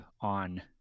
on